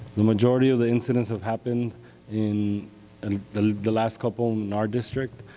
the majority of the incidents have happened in and the the last couple in our district.